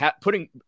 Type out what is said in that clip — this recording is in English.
Putting